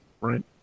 right